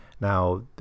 Now